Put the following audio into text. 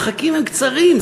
המרחקים הם קצרים,